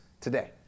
today